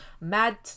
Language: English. mad